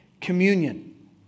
communion